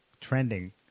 trending